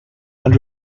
and